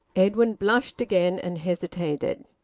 edwin blushed again, and hesitated.